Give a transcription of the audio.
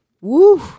Woo